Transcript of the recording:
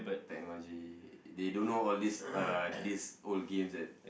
technology they don't know all these uh these old games and